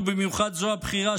ובמיוחד זו הבכירה,